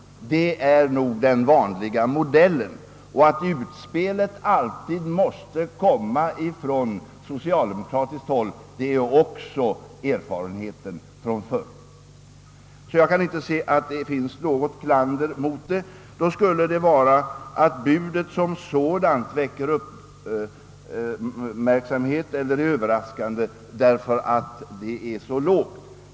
Det är nog den vanliga modellen. Att utspelet alltid måste komma från socialdemokratiskt håll visar också erfarenheten från förr. Jag kan inte se att det finns någon anledning att rikta kritik mot detta. Det skulle i så fall vara mot att budet som sådant är överraskande därför att det är så lågt.